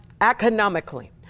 economically